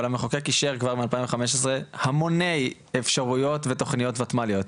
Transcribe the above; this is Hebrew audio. אבל המחוקק אישר כבר מאז 2015 המוני אפשרויות ותוכניות וותמ"ליות.